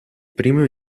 primo